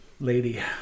lady